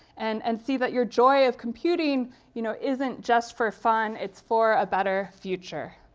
and and see that your joy of computing you know isn't just for fun. it's for a better future.